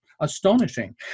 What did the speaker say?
astonishing